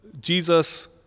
Jesus